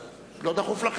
לא דחוף לנו להחליף את הממשלה.